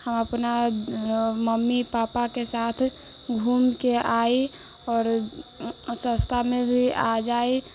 हम अपना मम्मी पापाके साथ घूमिके आइ आओर सस्तामे आ जाइ